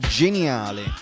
geniale